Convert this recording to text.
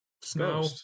snow